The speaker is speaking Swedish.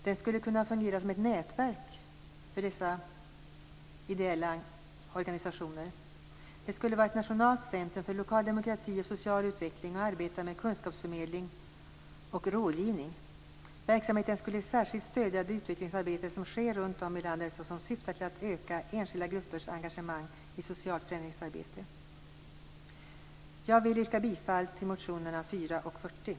Den skulle kunna fungera som ett nätverk för dessa ideella organisationer. Den skulle också vara ett nationellt centrum för lokal demokrati och social utveckling och arbeta med kunskapsförmedling och rådgivning. Verksamheten skulle särskilt stödja det utvecklingsarbete som sker runt om i landet och som syftar till att öka enskilda gruppers engagemang i socialt förändringsarbete. Jag yrkar bifall till motionerna 4 och 40.